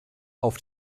auf